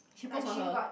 like she got